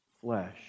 flesh